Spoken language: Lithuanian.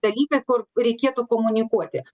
dalykai kur reikėtų komunikuoti